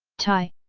tai.